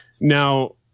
Now